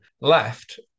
left